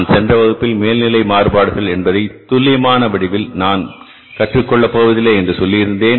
நான் சென்ற வகுப்பில் மேல்நிலை மாறுபாடுகள் என்பதை துல்லியமான வடிவில் நாம் கற்றுக் கொள்ள போவதில்லை என்று சொல்லியிருந்தேன்